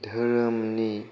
धोरोमनि